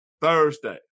Thursday